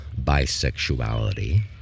bisexuality